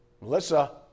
Melissa